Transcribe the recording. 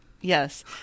Yes